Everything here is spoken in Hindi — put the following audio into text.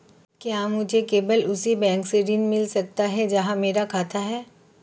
क्या मुझे केवल उसी बैंक से ऋण मिल सकता है जहां मेरा खाता है?